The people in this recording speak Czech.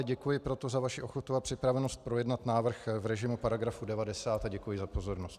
Děkuji proto za vaši ochotu a připravenost projednat návrh v režimu paragrafu 90 a děkuji za pozornost.